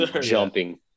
jumping